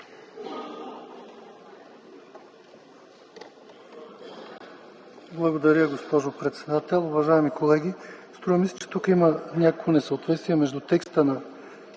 Благодаря, госпожо председател. Уважаеми колеги, струва ми се, че тук има някакво несъответствие между